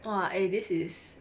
!wah! eh this is